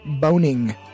Boning